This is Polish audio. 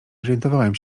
orientowałem